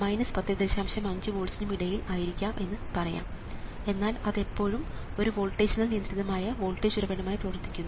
5 വോൾട്സ്നും ഇടയിൽ ആയിരിക്കാം എന്ന് പറയാം എന്നാൽ അത് ഇപ്പോഴും ഒരു വോൾട്ടേജിനാൽ നിയന്ത്രിതമായ വോൾട്ടേജ് ഉറവിടമായി പ്രവർത്തിക്കുന്നു